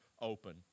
open